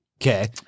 Okay